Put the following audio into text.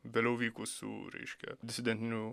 vėliau vykusių reiškia disidentinių